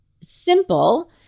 simple